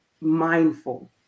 mindful